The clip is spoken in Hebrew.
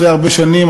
אחרי הרבה שנים,